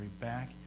back